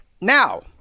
Now